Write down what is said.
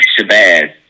Shabazz